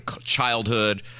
childhood